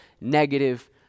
negative